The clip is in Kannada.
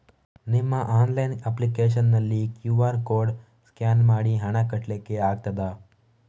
ನಿಮ್ಮ ಆನ್ಲೈನ್ ಅಪ್ಲಿಕೇಶನ್ ನಲ್ಲಿ ಕ್ಯೂ.ಆರ್ ಕೋಡ್ ಸ್ಕ್ಯಾನ್ ಮಾಡಿ ಹಣ ಕಟ್ಲಿಕೆ ಆಗ್ತದ?